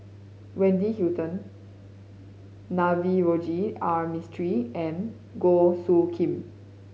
Wendy Hutton Navroji R Mistri and Goh Soo Khim